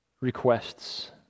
requests